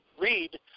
read